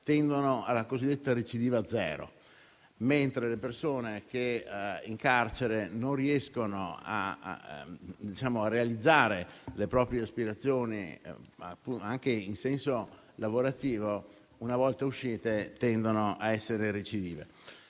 tendono alla cosiddetta recidiva zero, mentre le persone che in carcere non riescono a realizzare le proprie aspirazioni anche in senso lavorativo, una volta uscite, tendono a essere recidive.